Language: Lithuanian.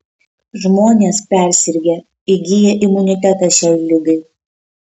žmonės persirgę įgyja imunitetą šiai ligai